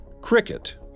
cricket